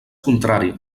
contrari